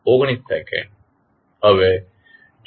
n છે